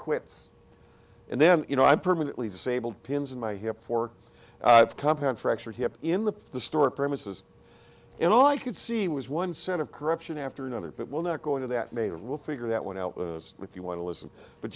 quits and then you know i'm permanently disabled pins in my hip for compound fractured hip in the store premises and all i could see was one set of corruption after another but will not go into that maybe we'll figure that one out if you want to listen but